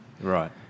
Right